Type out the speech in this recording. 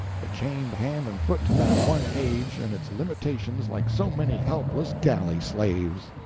but chained hand and foot to that one age and its limitations like so many helpless galley-slaves!